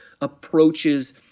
approaches